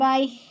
Bye